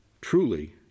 Truly